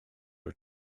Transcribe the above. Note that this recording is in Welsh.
wyt